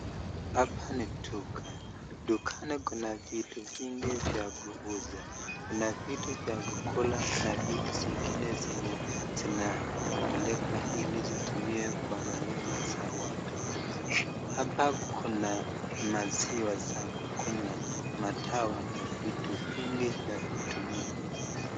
Hapa ni duka, dukani Kuna vitu vingine vya kuuza kuna vitu vya kukula na vitu zingine zinye zinapekekwa ili zitumiwe kwa manyumba za watu hapa kuna maziwa za kukunywa madawa na vitu vingi vya kutumia.